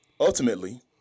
Ultimately